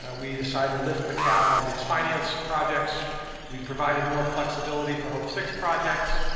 ah we decided to lift the cap on mixed finance projects we provided more flexibility for hope six projects.